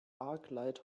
arclight